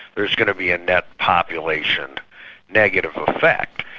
there's going to be a net population negative effect.